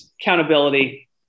accountability